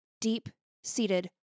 deep-seated